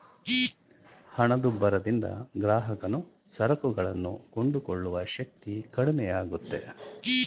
ಹಣದುಬ್ಬರದಿಂದ ಗ್ರಾಹಕನು ಸರಕುಗಳನ್ನು ಕೊಂಡುಕೊಳ್ಳುವ ಶಕ್ತಿ ಕಡಿಮೆಯಾಗುತ್ತೆ